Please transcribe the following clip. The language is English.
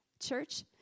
church